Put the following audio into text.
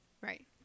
Right